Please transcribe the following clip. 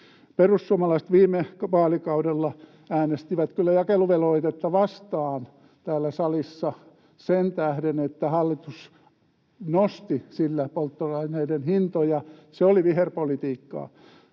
Perussuomalaiset viime vaalikaudella äänestivät kyllä jakeluvelvoitetta vastaan täällä salissa, sen tähden, että hallitus nosti sillä polttoaineiden hintoja. Se oli viherpolitiikkaa.